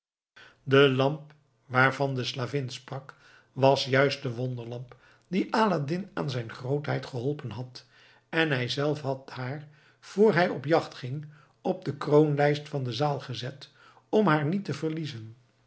de lamp waarvan de slavin sprak was juist de wonderlamp die aladdin aan al zijn grootheid geholpen had en hij zelf had haar voor hij op de jacht ging op de kroonlijst van de zaal gezet om haar niet te verliezen